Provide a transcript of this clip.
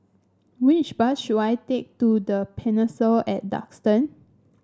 which bus should I take to The Pinnacle at Duxton